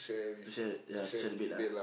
to share ya share the bed lah